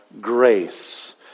grace